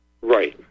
Right